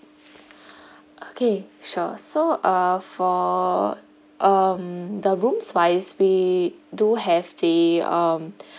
okay sure so uh for um the rooms by bay we do have they um